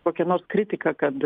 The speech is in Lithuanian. kokią nors kritiką kad